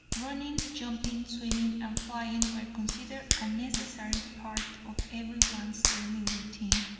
running, jumping, swimming, and flying were considered a necessary part of every one's daily routine,